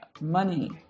money